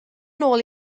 nôl